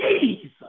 Jesus